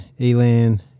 Elan